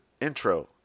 intro